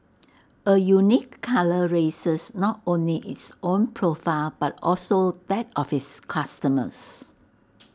A unique colour raises not only its own profile but also that of its customers